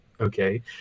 okay